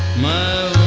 my